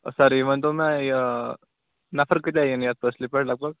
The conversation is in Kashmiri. سَر یہِ ؤنۍتو مےٚ یہِ نفر کۭتیٛاہ یِن یَتھ فٲصلہِ پٮ۪ٹھ لگ بگ